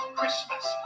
Christmas